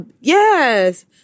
yes